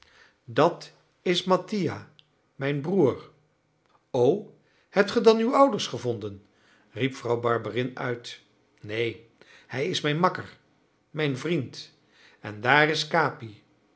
dat is mattia mijn broer o hebt ge dan uw ouders gevonden riep vrouw barberin uit neen hij is mijn makker mijn vriend en daar is capi